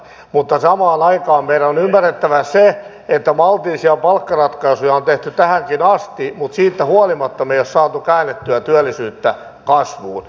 mutta samaan aikaan meidän on ymmärrettävä se että maltillisia palkkaratkaisuja on tehty tähänkin asti mutta siitä huolimatta me emme ole saaneet käännettyä työllisyyttä kasvuun